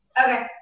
Okay